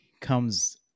Comes